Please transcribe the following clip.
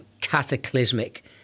cataclysmic